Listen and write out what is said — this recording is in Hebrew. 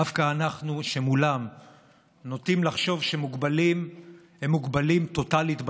דווקא אנחנו שמולם נוטים לחשוב שמוגבלים הם מוגבלים טוטלית ביכולת,